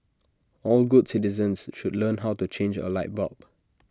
all good citizens should learn how to change A light bulb